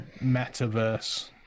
metaverse